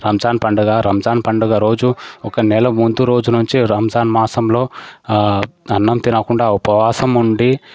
రంజాన్ పండగ రంజాన్ పండగ రోజు ఒక నెల ముందు రోజు నుంచి రంజాన్ మాసంలో అన్నం తినకుండా ఉపవాసం ఉండి